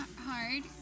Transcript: hard